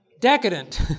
Decadent